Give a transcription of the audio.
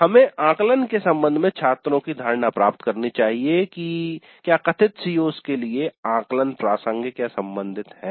हमें आकलन के संबंध में छात्रों की धारणा प्राप्त करनी चाहिए कि क्या कथित CO's के लिए आकलन प्रासंगिकसम्बंधित है